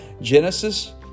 Genesis